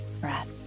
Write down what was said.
breath